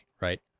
right